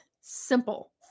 simple